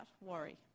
worry